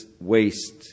waste